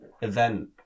event